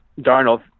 Darnold